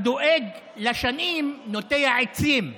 הדואג לשנים נוטע עצים,